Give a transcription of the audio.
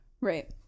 right